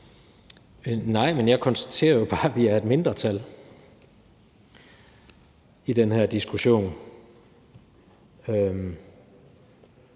(KD): Men jeg konstaterer jo bare, at vi er et mindretal i den her diskussion,